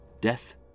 death